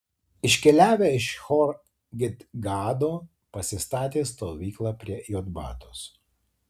iškeliavę iš hor gidgado pasistatė stovyklą prie jotbatos